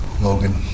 Logan